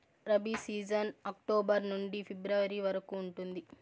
rabi season October నుండి ఫిబ్రవరి వరకు ఉంటుంది